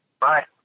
Bye